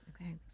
Okay